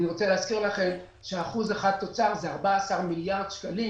אני רוצה להזכיר לכם שאחוז אחד תוצר זה 14 מיליארד שקלים.